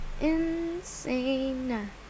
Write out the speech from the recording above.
insane